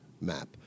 map